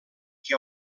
que